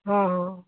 ਹਾਂ ਹਾਂ